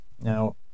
now